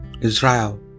Israel